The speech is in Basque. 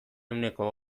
ehuneko